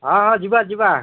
ହଁ ହଁ ଯିବା ଯିବା